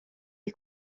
est